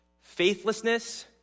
Faithlessness